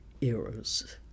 eras